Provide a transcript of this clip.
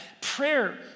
prayer